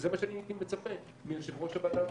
זה מה שהייתי מצפה מיוב-ראש הוועדה המשותפת.